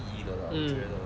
mm